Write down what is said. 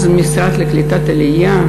אז המשרד לקליטת העלייה,